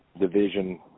division